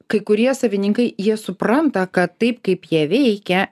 kai kurie savininkai jie supranta kad taip kaip jie veikia